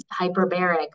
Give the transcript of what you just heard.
hyperbaric